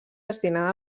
destinada